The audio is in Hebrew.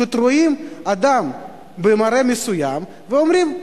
פשוט רואים אדם במראה מסוים ואומרים: